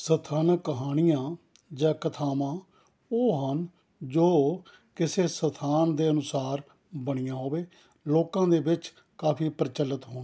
ਸਥਾਨਕ ਕਹਾਣੀਆਂ ਜਾਂ ਕਥਾਵਾਂ ਉਹ ਹਨ ਜੋ ਕਿਸੇ ਸਥਾਨ ਦੇ ਅਨੁਸਾਰ ਬਣੀਆਂ ਹੋਵੇ ਲੋਕਾਂ ਦੇ ਵਿੱਚ ਕਾਫੀ ਪ੍ਰਚੱਲਿਤ ਹੋਣ